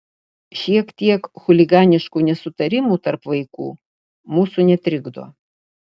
šiek tiek chuliganiškų nesutarimų tarp vaikų mūsų netrikdo